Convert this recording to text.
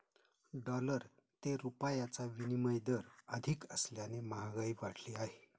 dollar ते रुपयाचा विनिमय दर अधिक असल्याने महागाई वाढली आहे